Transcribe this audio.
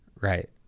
Right